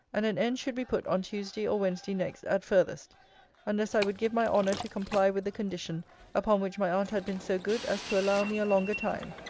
and an end should be put on tuesday or wednesday next, at furthest unless i would give my honour to comply with the condition upon which my aunt had been so good as to allow me a longer time.